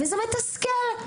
וזה מתסכל.